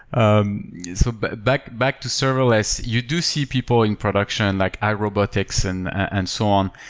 um so but back back to serverless. you do see people in production, like irobotics and and so on.